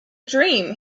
dream